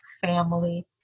family